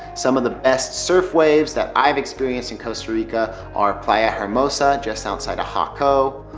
some of the best surf waves that i've experienced in costa rica are playa hermosa just outside of jaco.